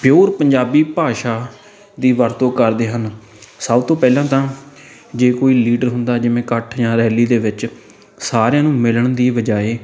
pure Punjabi ਭਾਸ਼ਾ ਦੀ ਵਰਤੋਂ ਕਰਦੇ ਹਨ ਸਭ ਤੋਂ ਪਹਿਲਾਂ ਤਾਂ ਜੇ ਕੋਈ ਲੀਡਰ ਹੁੰਦਾ ਜਿਵੇਂ ਇਕੱਠ ਜਾਂ ਰੈਲੀ ਦੇ ਵਿੱਚ ਸਾਰਿਆਂ ਨੂੰ ਮਿਲਣ ਦੀ ਬਜਾਏ